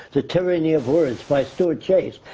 the tyranny of words by stuart chase.